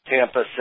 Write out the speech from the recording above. Tampa